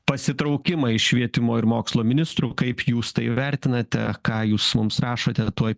pasitraukimą iš švietimo ir mokslo ministrų kaip jūs tai vertinate ką jūs mums rašote tuoj